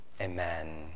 Amen